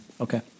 Okay